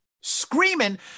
Screaming